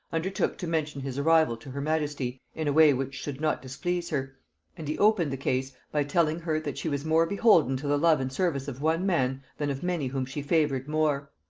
undertook to mention his arrival to her majesty in a way which should not displease her and he opened the case by telling her, that she was more beholden to the love and service of one man than of many whom she favored more.